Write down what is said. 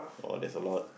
oh there's a lot